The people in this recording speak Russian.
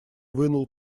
вынул